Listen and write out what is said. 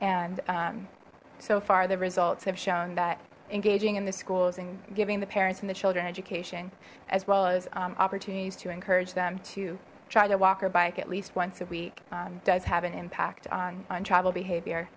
and so far the results have shown that engaging in the schools and giving the parents and the children education as well as opportunities to encourage them to try the walker bike at least once a week does have an impact on on travel behavior